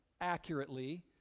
accurately